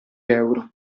euro